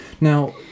Now